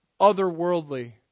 otherworldly